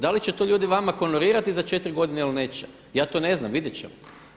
Da li će to ljudi vama honorirati za četiri godine ili neće, ja to ne znam, vidjet ćemo.